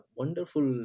wonderful